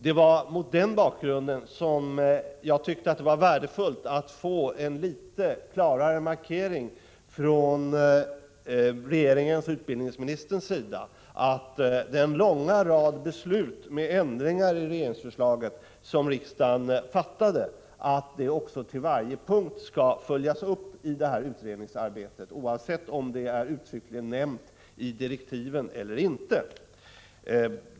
Det var mot den bakgrunden som jag tyckte det skulle vara värdefullt att från regeringens och utbildningsministerns sida få en litet klarare markering av att den långa rad beslut med ändringar i regeringsförslaget som riksdagen fattade på varje punkt skall följas upp i utredningsarbetet, oavsett om detta är uttryckligen nämnt i direktiven eller inte.